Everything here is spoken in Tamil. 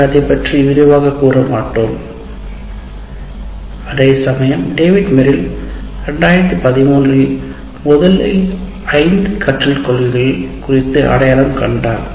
நாங்கள் அதை விரிவாகக் கூற மாட்டோம் அதேசமயம் டேவிட் மெரில் 2013 இல் முதலில் ஐந்து கற்றல் கொள்கைகள் குறித்து அடையாளம் கண்டார்